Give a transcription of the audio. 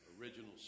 Original